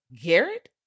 Garrett